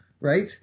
right